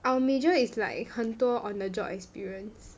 our major is like 很多 on the job experience